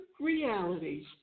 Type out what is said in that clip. realities